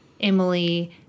Emily